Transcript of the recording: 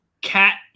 cat